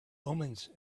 omens